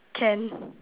can